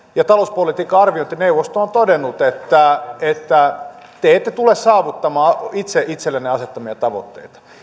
talouspolitiikan arviointineuvosto ovat todenneet että että te ette tule saavuttamaan itse itsellenne asettamianne tavoitteita